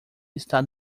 está